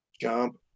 jump